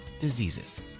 diseases